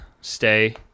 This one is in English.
stay